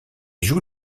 joue